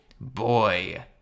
Boy